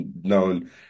known